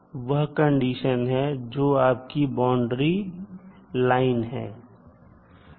तो कि वह कंडीशन है जो आप की बाउंड्री लाइन है